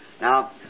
Now